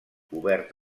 obert